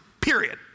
period